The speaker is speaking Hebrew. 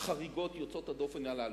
החריגות והיוצאות דופן הללו: